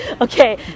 Okay